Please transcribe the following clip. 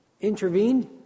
intervened